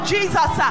Jesus